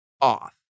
off